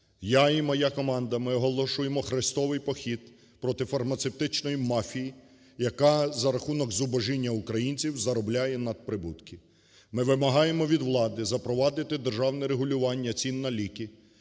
Я і моя команда, ми оголошуємо хрестовий похід проти фармацевтичної мафії, яка за рахунок зубожіння українців заробляє надприбутки. Ми вимагаємо від влади запровадити державне регулювання цін на лік,